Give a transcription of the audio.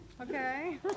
Okay